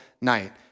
night